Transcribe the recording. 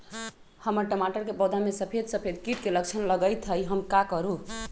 हमर टमाटर के पौधा में सफेद सफेद कीट के लक्षण लगई थई हम का करू?